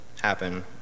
happen